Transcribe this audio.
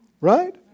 Right